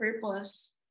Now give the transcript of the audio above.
purpose